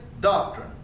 doctrine